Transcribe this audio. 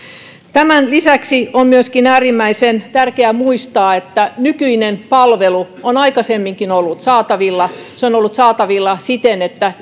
tämän lisäksi on myöskin äärimmäisen tärkeä muistaa että nykyinen palvelu on aikaisemminkin ollut saatavilla se on ollut saatavilla siten että